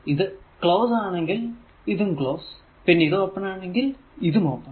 ഇത് ക്ലോസാണെങ്കിൽ ഇതും ക്ലോസ് പിന്നെ ഇത് ഓപ്പൺ ആണെങ്കിൽ ഇതും ഓപ്പൺ